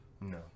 no